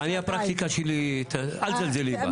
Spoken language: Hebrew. אני הפרקטיקה שלי, אל תזלזלי בה.